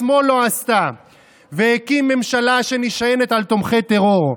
שמאל לא עשתה והקים ממשלה שנשענת על תומכי טרור.